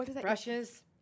brushes